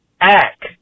act